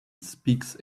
speaks